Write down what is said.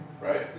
right